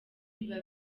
biba